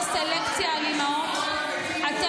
נעמה לזימי --- לשקר, לשקר, לשקר.